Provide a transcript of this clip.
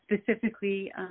specifically